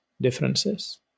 differences